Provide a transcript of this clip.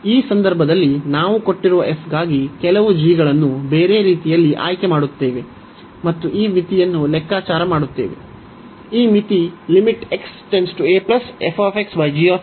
ಈ ಸಂದರ್ಭದಲ್ಲಿ ನಾವು ಕೊಟ್ಟಿರುವ f ಗಾಗಿ ಕೆಲವು g ಗಳನ್ನು ಬೇರೆ ರೀತಿಯಲ್ಲಿ ಆಯ್ಕೆ ಮಾಡುತ್ತೇವೆ ಮತ್ತು ಈ ಮಿತಿಯನ್ನು ಲೆಕ್ಕಾಚಾರ ಮಾಡುತ್ತೇವೆ